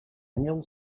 annual